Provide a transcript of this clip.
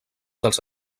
dels